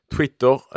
Twitter